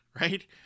right